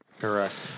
Correct